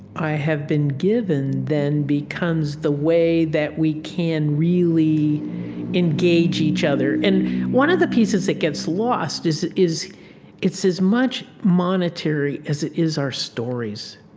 i have been given then becomes the way that we can really engage each other. and one of the pieces that gets lost is is it's as much monetary as it is our stories.